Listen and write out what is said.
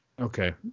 Okay